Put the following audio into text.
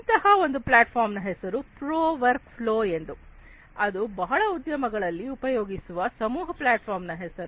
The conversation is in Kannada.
ಇಂತಹ ಒಂದು ಪ್ಲಾಟ್ಫಾರ್ಮನ ಹೆಸರು ಪ್ರೊ ವರ್ಕ್ ಫ್ಲೋ ಎಂದು ಅದು ಬಹಳ ಉದ್ಯಮಗಳಲ್ಲಿ ಉಪಯೋಗಿಸುವ ಸಮೂಹ ಪ್ಲಾಟ್ಫಾರ್ಮ್ ನ ಹೆಸರು